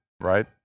right